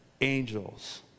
angels